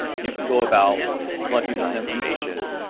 you can go about collecting this information.